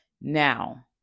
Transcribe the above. now